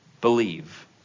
believe